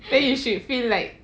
then you should feel like